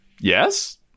yes